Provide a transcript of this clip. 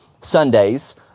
sundays